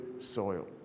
soil